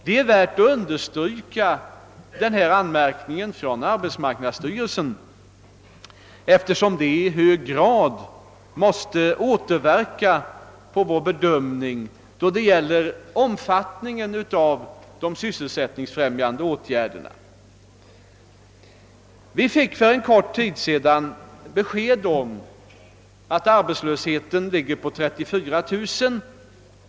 Det är värt att understryka denna anmärkning från arbetsmarknadsstyrelsen, eftersom förhållandet i hög grad måste återverka på vår bedömning då det gäller omfattningen av de sysselsättningsfrämjande åtgärderna. Vi fick för en kort tid sedan besked om att arbetslösheten ligger på 34000 personer.